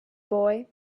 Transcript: boy